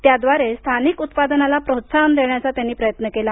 त्याद्वारे स्थानिक उत्पादनाला प्रोत्साहन देण्याचा त्यांनी प्रयत्न केला